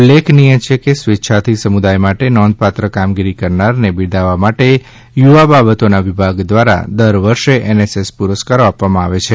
ઉલ્લેખનિય છે કે સ્વેચ્છાથી સમુદાય માટે નોંધપાત્ર કામગીરી કરનારને બિરદાવવા માટે યુવા બાબતોના વિભાગ દ્વારા દર વર્ષે એનએસએસ પુરસ્કારો આપવામાં આવે છે